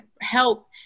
help